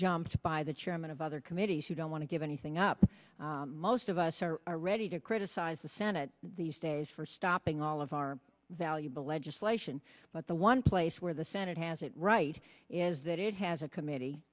jumped by the chairman of other committees who don't want to give anything up most of us are ready to criticize the senate these days for stopping all of our valuable legislation but the one place where the senate has it right is that it has a committee